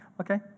Okay